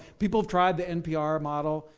people have tried the npr model.